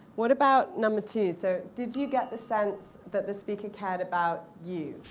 what about number two? so did you get the sense that the speaker cared about you,